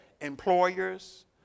employers